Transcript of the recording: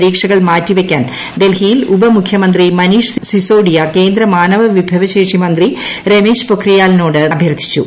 പരീക്ഷകൾ മാറ്റിവയ്ക്കാൻ ഡൽഹിയിൽ ഉപമുഖ്യമന്ത്രി മനീഷ് സിസോഡിയ കേന്ദ്ര മാനവവിഭവ ശേഷി മന്ത്രി രമേശ് പൊഖ്രിയാലിനോട് അഭ്യർത്ഥിച്ചു